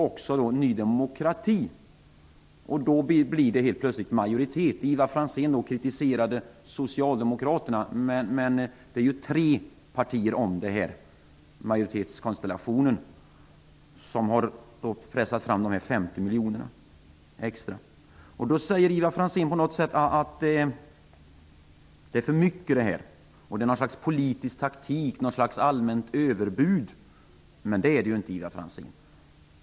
Också Ny demokrati har nu anslutit sig till den linjen. Plötsligt bildar vi en majoritet. Ivar Franzén kritiserade Socialdemokraterna. Men det är ju tre partier som ingår i den majoritetskonstellation som har pressat fram de 50 extramiljonerna. Ivar Franzén säger att det är för mycket och att det är fråga om ett slags politisk taktik, ett slags allmänt överbud. Så är det inte, Ivar Franzén!